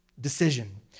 decision